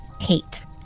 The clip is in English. Hate